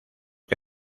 que